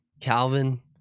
Calvin